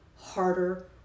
harder